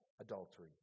adultery